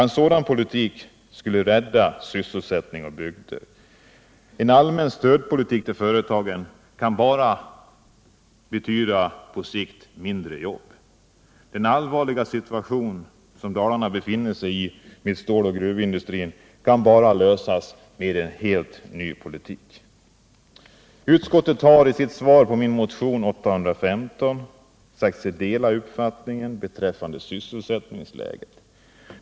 En sådan politik skulle rädda sysselsättning och bygder. En allmän stödpolitik till företagen kommer bara att betyda mindre jobb på sikt. Den allvarliga situationen i Dalarna med ståloch gruvindustrin kan bara lösas med en helt ny politik. Utskottet har i sitt svar på min motion 815 sagt sig dela min uppfattning beträffande sysselsättningsläget.